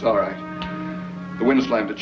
sorry when it's like th